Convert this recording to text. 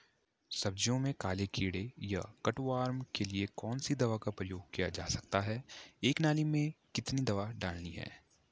सब्जियों में काले कीड़े या कट वार्म के लिए कौन सी दवा का प्रयोग किया जा सकता है एक नाली में कितनी दवा डालनी है?